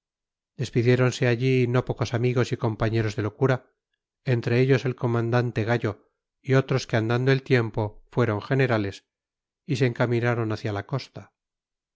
despidiéronse allí no pocos amigos y compañeros de locura entre ellos el comandante gallo y otros que andando el tiempo fueron generales y se encaminaron hacia la costa